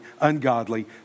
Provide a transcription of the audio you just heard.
ungodly